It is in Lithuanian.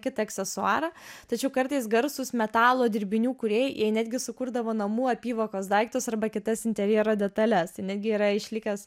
kitą aksesuarą tačiau kartais garsūs metalo dirbinių kūrėjai jai netgi sukurdavo namų apyvokos daiktus arba kitas interjero detales ir netgi yra išlikęs